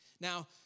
Now